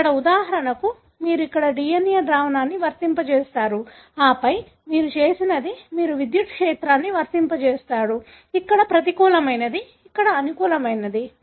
ఇక్కడ ఉదాహరణకు మీరు ఇక్కడ DNA ద్రావణాన్ని వర్తింపజేసారు ఆపై మీరు చేసినది మీరు విద్యుత్ క్షేత్రాన్ని వర్తింపజేసారు ఇక్కడ ప్రతికూలమైనది ఇక్కడ అనుకూలమైనది